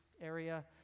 area